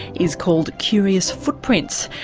is called curious footprints.